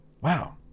Wow